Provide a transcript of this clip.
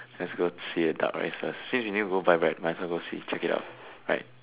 let's go see the duck rice first since you need to go buy back might as well go see check it out right